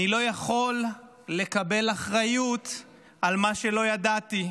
אני לא יכול לקבל אחריות על מה שלא ידעתי.